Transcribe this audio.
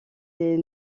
des